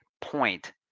point